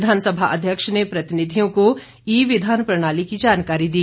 विधानसभा अध्यक्ष ने प्रतिनिधियों को ई विधान प्रणाली की जानकारी दी